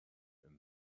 and